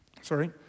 Sorry